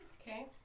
Okay